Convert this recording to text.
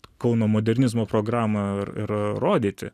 kauno modernizmo programą ir ir rodyti